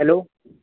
hello